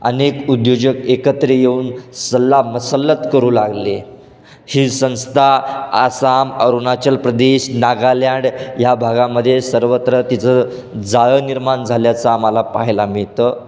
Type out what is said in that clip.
अनेक उद्योजक एकत्र येऊन सल्लामसलत करू लागले ही संस्था आसाम अरुणाचल प्रदेश नागालँड या भागामध्ये सर्वत्र तिचं जाळं निर्माण झाल्याचा आम्हाला पाहायला मिळतं